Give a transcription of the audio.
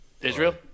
Israel